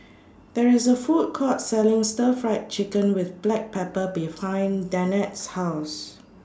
There IS A Food Court Selling Stir Fried Chicken with Black Pepper behind Danette's House